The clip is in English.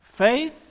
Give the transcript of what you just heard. Faith